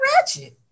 ratchet